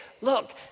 look